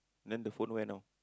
then the phone where now